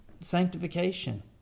sanctification